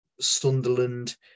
Sunderland